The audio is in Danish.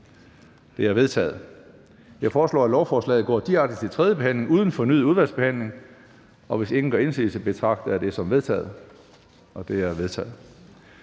sluttet. Jeg foreslår, at lovforslaget går direkte til tredje behandling uden fornyet udvalgsbehandling. Hvis ingen gør indsigelse, betragter jeg dette som vedtaget. Det er vedtaget.